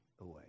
away